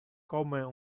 como